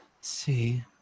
See